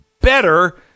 better